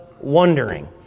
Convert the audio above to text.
wondering